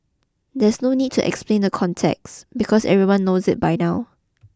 there's no need to explain the context because everyone knows it by now